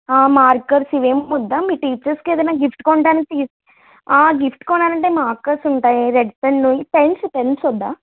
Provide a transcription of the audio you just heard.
markers ఇవి ఏమి వద్దా మీ టీచర్స్కి ఏదన్న గిఫ్ట్ కొనడానికి తీ గిఫ్ట్ కొనాలంటే మార్కర్స్ ఉంటాయి రెడ్ పెన్ను పెన్స్ పెన్స్ వద్దా